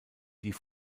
die